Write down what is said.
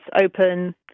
open